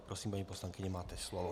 Prosím, paní poslankyně, máte slovo.